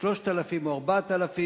כ-3,000 או 4,000,